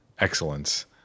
excellence